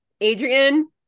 Adrian